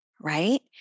Right